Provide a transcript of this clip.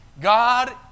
God